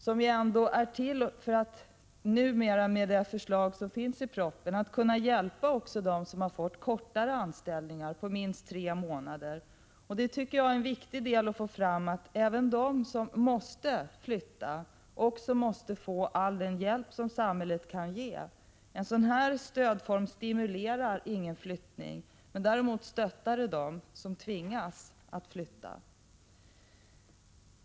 Enligt förslaget i propositionen är detta bidrag numera till för att kunna hjälpa också dem som har fått kortare anställning, minst tre månader. Jag tycker att det är viktigt att framhålla att även de som måste flytta skall få all hjälp som samhället kan ge. En sådan här stödform stimulerar inte till flyttning, men däremot stöttar den dem som tvingas att flytta.